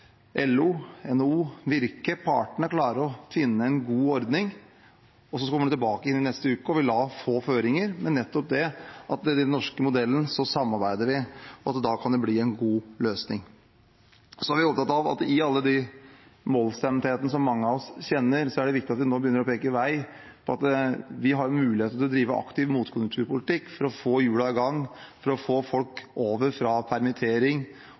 LO, NHO, Virke, partene, klarer å finne en god ordning – og kommer så tilbake neste uke og vil da få føringer, med nettopp det at i den norske modellen samarbeider vi, og da kan det bli en god løsning. Vi er opptatt av at i all den mollstemtheten som mange av oss kjenner, er det viktig at vi nå begynner å peke vei, og at vi har mulighet til å drive aktiv motkonjunkturpolitikk for å få hjulene i gang, for å få folk over fra permittering,